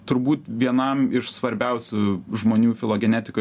turbūt vienam iš svarbiausių žmonių filogenetikoj